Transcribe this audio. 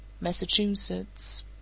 Massachusetts